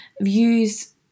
views